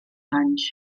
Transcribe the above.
anys